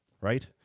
right